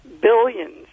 billions